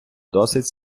досить